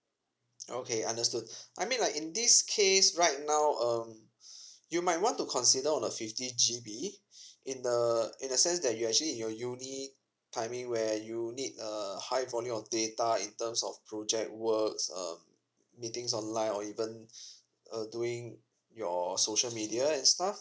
okay understood I mean like in this case right now um you might want to consider on the fifty G_B in the in a sense that you are actually in your uni~ timing where you need a high volume of data in terms of project works um meetings online or even err doing your social media and stuff